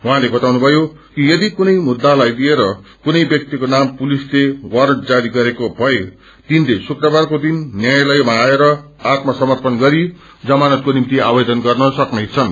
उहाँले बताउनु भयो कि यदि कुनै मुद्दालाई लिएर कुनै व्यक्तिको नाम पुलिसले वारण्ट जारी गरेको भए तिनले श्रुक्रबारको दिन न्यायालयमा आएर आत्म समर्पण गरी जमानतको निम्ति आवेदन गर्न सक्नेछन्